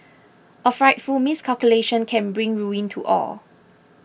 a frightful miscalculation can bring ruin to all